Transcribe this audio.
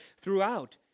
throughout